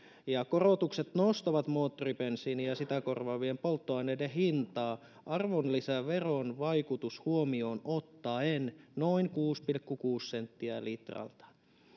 korotukset nostavat moottoribensiinin ja sitä korvaavien polttoaineiden hintaa arvonlisäveron vaikutus huomioon ottaen noin kuusi pilkku kuusi senttiä litralta